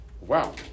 wow